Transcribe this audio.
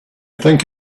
think